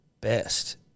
Best